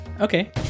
Okay